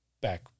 back